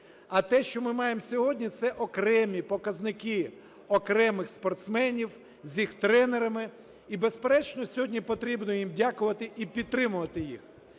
а те, що ми маємо сьогодні – це окремі показники окремих спортсменів з їх тренерами, і, безперечно, сьогодні потрібно їм дякувати і підтримувати їх.